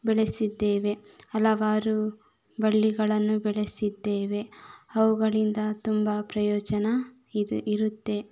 ಬೆಳೆಸಿದ್ದೇವೆ ಹಲವಾರು ಬಳ್ಳಿಗಳನ್ನು ಬೆಳೆಸಿದ್ದೇವೆ ಅವುಗಳಿಂದ ತುಂಬ ಪ್ರಯೋಜನ ಇದೆ ಇರುತ್ತೆ